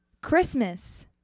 Christmas